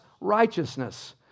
righteousness